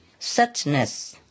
suchness